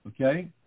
Okay